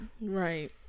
right